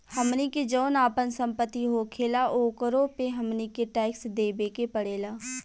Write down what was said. हमनी के जौन आपन सम्पति होखेला ओकरो पे हमनी के टैक्स देबे के पड़ेला